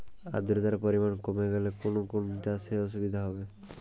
আদ্রতার পরিমাণ কমে গেলে কোন কোন চাষে অসুবিধে হবে?